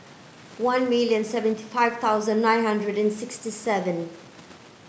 one million seventy five thousand nine hundred and sixty seven